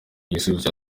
gisubizo